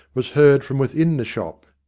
was heard from within the shop.